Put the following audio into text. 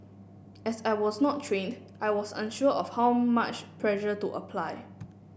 as I was not trained I was unsure of how much pressure to apply